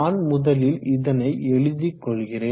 நான் முதலில் இதனை எழுதிக்கொள்கிறேன்